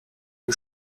you